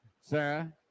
Sarah